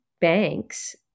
banks